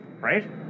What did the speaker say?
Right